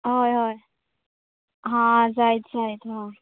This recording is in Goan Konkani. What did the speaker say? हय हय हां जायत जायत हां